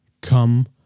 come